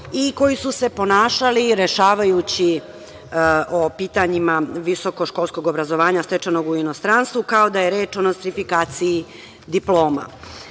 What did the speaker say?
i koji su se ponašali, rešavajući pitanja o visokoškolskom obrazovanju stečenom u inostranstvu, kao da je reč o nostrifikaciji diploma. Verujem